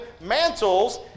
mantles